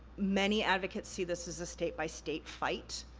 many advocates see this as a state by state fight,